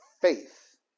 Faith